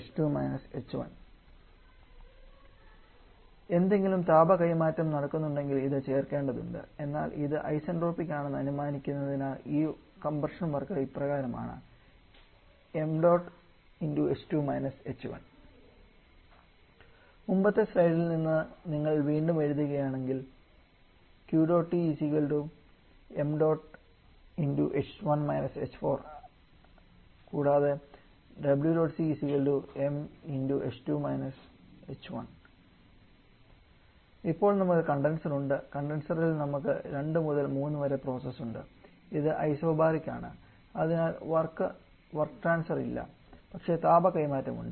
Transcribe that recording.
ആയതിനാൽ എന്തെങ്കിലും താപ കൈമാറ്റം നടക്കുന്നുണ്ടെങ്കിൽ ഇത് ചേർക്കേണ്ടതുണ്ട് എന്നാൽ ഇത് ഐസന്റ്രോപിക് ആണെന്ന് അനുമാനിക്കുന്നതിനാൽ ഈ കംപ്രഷൻ വർക്ക് ഇപ്രകാരമാണ് മുമ്പത്തെ സ്ലൈഡിൽ നിന്ന് നിങ്ങൾ വീണ്ടും എഴുതുകയാണെങ്കിൽ ഇപ്പോൾ നമുക്ക് കണ്ടൻസർ ഉണ്ട് കണ്ടൻസറിൽ നമുക്ക് 2 മുതൽ 3 വരെ പ്രോസസ്സ് ഉണ്ട് അത് ഐസോബറിക് ആണ് അതിനാൽ വർക്ക് ട്രാൻസ്ഫർ ഇല്ല പക്ഷേ താപ കൈമാറ്റം ഉണ്ട്